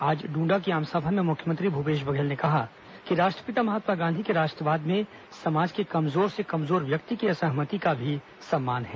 आज ड्रण्डा की आमसभा में मुख्यमंत्री भूपेश बघेल ने कहा कि राष्ट्रपिता गांधी के राष्ट्रवाद में समाज के कमजोर से कमजोर व्यक्ति की असहमति का भी सम्मान है